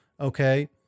okay